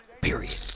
Period